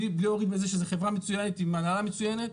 בלי להוריד מזה שזו חברה מצוינת עם הנהלה מצוינת.